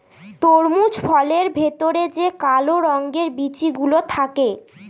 তরমুজ ফলের ভেতরে যে কালো রঙের বিচি গুলো থাকে